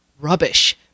rubbish